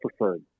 preferred